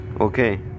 Okay